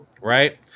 right